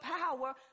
power